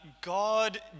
God